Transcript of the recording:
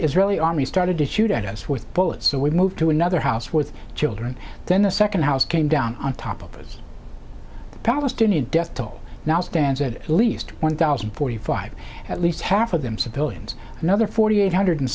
israeli army started to shoot at us with bullets so we moved to another house with children then the second house came down on top of the palestinian death toll now stands at least one thousand and forty five at least half of them civilians another forty eight hundred